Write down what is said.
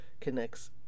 connects